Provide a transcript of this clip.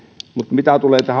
mitä tulee tähän